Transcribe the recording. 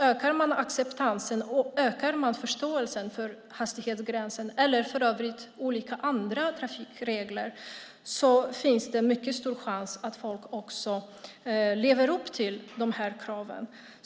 Ökar man acceptansen och förståelsen för hastighetsgränsen, eller för övrigt för andra trafikregler, finns det mycket stor chans att folk också lever upp till de här kraven.